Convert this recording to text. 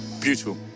Beautiful